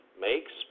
makes